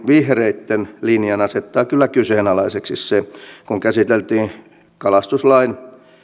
vihreitten linjan asettaa kyllä kyseenalaiseksi se kun muistaa vielä kun käsiteltiin kalastuslain